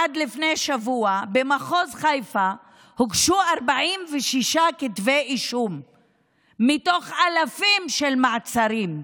עד לפני שבוע במחוז חיפה הוגשו 46 כתבי אישום מתוך אלפים של מעצרים.